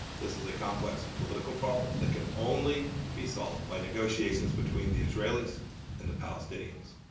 this is a complex political problem that can only be solved by negotiations between the israelis and the palestinians.